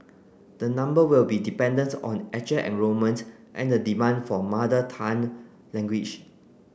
the number will be dependent on actual enrolment and the demand for mother tongue language